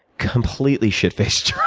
completely shit faced